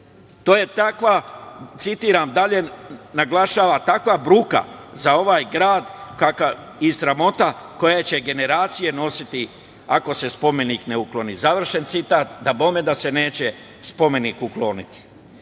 To je takva, citiram dalje - naglašavam, citiram – takva bruka za ovaj grad i sramota koju će generacije nositi ako se spomenik ne ukloni, završen citat. Dabome da se neće spomenik ukloniti. Citiram